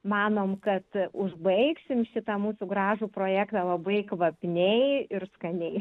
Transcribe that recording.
manom kad užbaigsim šitą mūsų gražų projektą labai kvapiniai ir skaniai